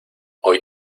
hoy